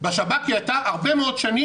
בשב"כ היא הייתה הרבה מאוד שנים,